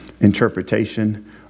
interpretation